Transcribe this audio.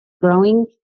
growing